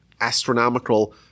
astronomical